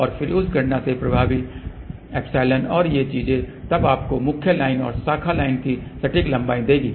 और फिर उस गणना से प्रभावी ε और ये चीजें तब आपको मुख्य लाइन और शाखा लाइन की सटीक लंबाई देगी